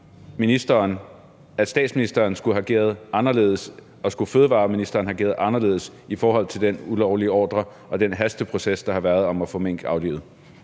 at statsministeren skulle have ageret anderledes og fødevareministeren skulle have ageret anderledes i forhold til den ulovlige ordre og den hasteproces, der har været, om at få mink aflivet?